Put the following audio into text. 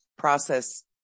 process